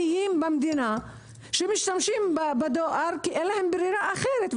שהם הכי עניים במדינה שמשתמשים בדואר כי אין להם ברירה אחרת.